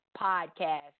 Podcast